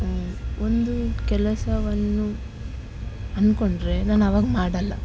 ಒಂದು ಕೆಲಸವನ್ನು ಅನ್ಕೊಂಡರೆ ನಾನಾವಾಗ ಮಾಡೋಲ್ಲ